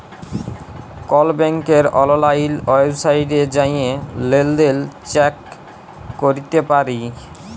call ব্যাংকের অললাইল ওয়েবসাইটে জাঁয়ে লেলদেল চ্যাক ক্যরতে পারি